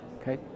Okay